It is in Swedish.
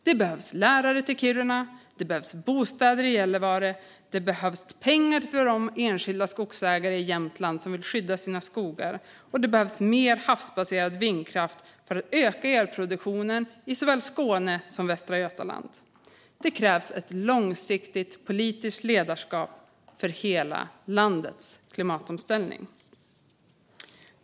Det behövs lärare till Kiruna, det behövs bostäder i Gällivare, det behövs pengar till de enskilda skogsägare i Jämtland som vill skydda sin skog och det behövs mer havsbaserad vindkraft för att öka elproduktionen i Skåne och Västra Götaland. Det krävs ett långsiktigt politiskt ledarskap för hela landets klimatomställning.